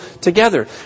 together